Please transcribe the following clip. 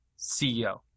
CEO